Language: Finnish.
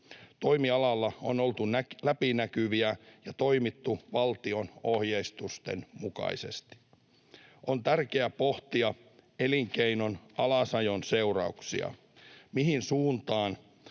Toimialalla on oltu läpinäkyviä ja toimittu valtion ohjeistusten mukaisesti. On tärkeää pohtia elinkeinon alasajon seurauksia. Mihin suuntaan